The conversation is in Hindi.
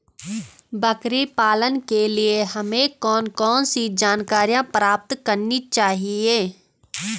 बकरी पालन के लिए हमें कौन कौन सी जानकारियां प्राप्त करनी चाहिए?